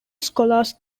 scholars